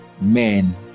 men